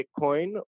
Bitcoin